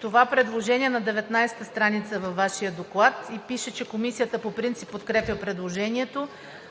Това предложение е на страница 19 във Вашия доклад и пише, че Комисията по принцип подкрепя предложението,